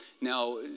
Now